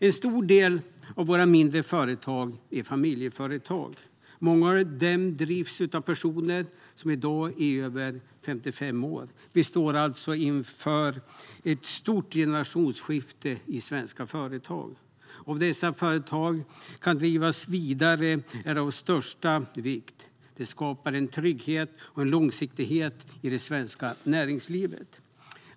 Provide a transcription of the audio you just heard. En stor del av våra mindre företag är familjeföretag. Många av dem drivs av personer som i dag är över 55 år. Vi står alltså inför ett stort generationsskifte i svenska företag. Att dessa företag kan drivas vidare är av största vikt. De skapar en trygghet och långsiktighet i det svenska näringslivet.